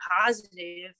positive